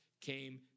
came